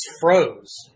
froze